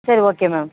சரி okay ma'am